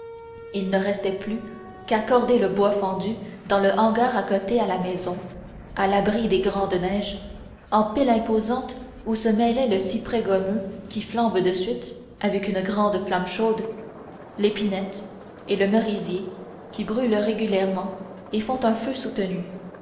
il ne restait plus qu'à corder le bois fendu dans le hangar accoté à la maison à l'abri des grandes neiges en piles imposantes où se mêlaient le cyprès gommeux qui flambe de suite avec une grande flamme chaude l'épinette et le merisier qui brûlent régulièrement et font un feu soutenu